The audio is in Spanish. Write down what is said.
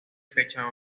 fecha